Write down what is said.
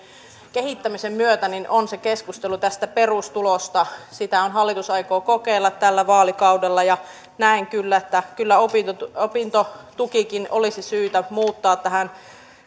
kehittämisen myötä on keskustelu tästä perustulosta sitähän hallitus aikoo kokeilla tällä vaalikaudella ja näen että kyllä opintotukikin olisi syytä muuttaa tähän